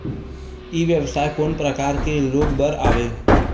ई व्यवसाय कोन प्रकार के लोग बर आवे?